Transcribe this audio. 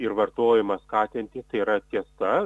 ir vartojimą skatinti tai yra tiesa